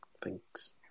Thanks